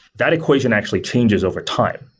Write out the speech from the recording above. that equation actually changes overtime.